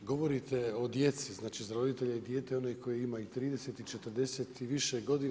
Govorite o djeci, znači za roditelje dijete je onaj koji ima i 30 i 40 i više godina.